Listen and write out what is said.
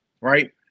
right